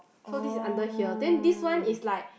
so this is under here then this one is like